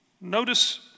Notice